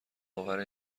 باور